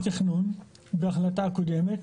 הם קיבלו תקציב תכנון בהחלטה הקודמת,